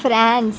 France